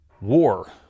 war